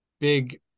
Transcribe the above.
big